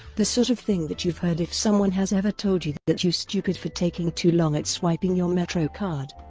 the sort of thing that you've heard if someone has ever told you that you stupid for taking too long at swiping your metrocard.